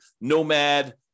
nomad